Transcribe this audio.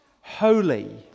holy